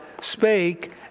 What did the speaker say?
spake